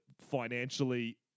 financially